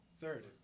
Third